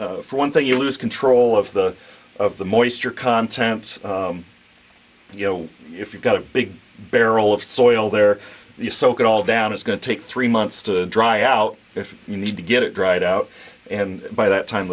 to for one thing you lose control of the of the moisture content and you know if you've got a big barrel of soil there you soak it all down it's going to take three months to dry out if you need to get it dried out and by that time